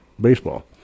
baseball